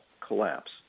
collapse